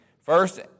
First